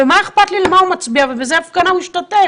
מה אכפת לי למי הוא מצביע או באיזה הפגנה הוא השתתף?